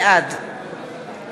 ולא למתווכים שטיפלו.